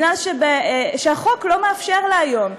כי החוק לא מאפשר לה היום.